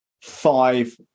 five